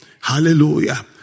Hallelujah